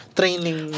training